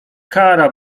kara